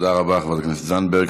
תודה רבה, חברת הכנסת זנדברג.